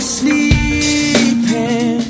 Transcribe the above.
sleeping